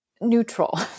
neutral